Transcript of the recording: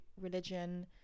religion